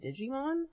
Digimon